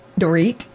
Dorit